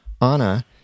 Anna